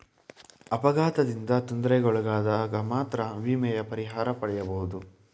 ಅಪಘಾತದಿಂದ ತೊಂದರೆಗೊಳಗಾದಗ ಮಾತ್ರ ವಿಮೆಯ ಪರಿಹಾರ ಪಡೆಯಬಹುದು